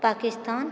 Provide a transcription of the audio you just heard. Pakistan